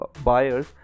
buyers